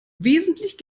wesentlich